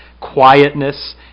quietness